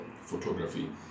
photography